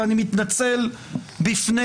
ואני מתנצל בפני